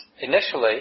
initially